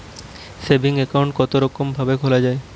Saving account কতরকম ভাবে খোলা য়ায়?